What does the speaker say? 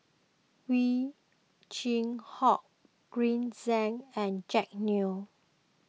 Ow Chin Hock Green Zeng and Jack Neo